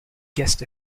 guest